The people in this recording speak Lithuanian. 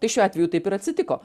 tai šiuo atveju taip ir atsitiko